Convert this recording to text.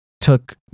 took